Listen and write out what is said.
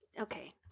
okay